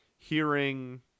hearing